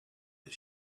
his